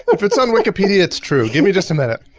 if it's on wikipedia, it's true. give me just a minute.